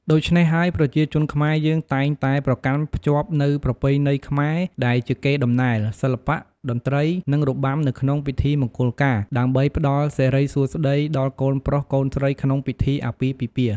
ដូច្នេះហើយប្រជាជនខ្មែរយើងតែងតែប្រកាន់ភ្ជាប់នូវប្រពៃណីខ្មែរដែលជាកេរ្ដិ៍ដំណែល សិល្បៈ តន្រ្ដីនិងរបាំនៅក្នងពិធីមង្គលការ ដើម្បីផ្តល់សិរីសួស្ដីដល់កូនប្រុសកូនស្រីក្នុងពិធីអាពាហ៍ពិពាហ៍។